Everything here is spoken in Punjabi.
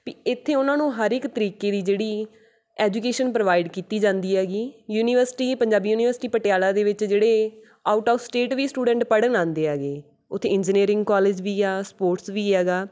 ਵੀ ਇੱਥੇ ਉਹਨਾਂ ਨੂੰ ਹਰ ਇੱਕ ਤਰੀਕੇ ਦੀ ਜਿਹੜੀ ਐਜੂਕੇਸ਼ਨ ਪ੍ਰੋਵਾਈਡ ਕੀਤੀ ਜਾਂਦੀ ਹੈਗੀ ਯੂਨੀਵਰਸਿਟੀ ਪੰਜਾਬੀ ਯੂਨੀਵਰਸਿਟੀ ਪਟਿਆਲਾ ਦੇ ਵਿੱਚ ਜਿਹੜੇ ਆਊਟ ਔਫ ਸਟੇਟ ਵੀ ਸਟੂਡੈਂਟ ਪੜ੍ਹਨ ਆਉਂਦੇ ਹੈਗੇ ਉੱਥੇ ਇੰਜੀਨੀਅਰਿੰਗ ਕੋਲੇਜ ਵੀ ਆ ਸਪੋਰਟਸ ਵੀ ਹੈਗਾ